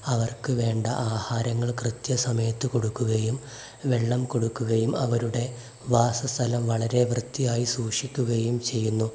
അവർക്ക് വേണ്ട ആഹാരങ്ങൾ കൃത്യസമയത്ത് കൊടുക്കുകയും വെള്ളം കൊടുക്കുകയും അവരുടെ വാസസ്ഥലം വളരെ വൃത്തിയായി സൂക്ഷിക്കുകയും ചെയ്യുന്നു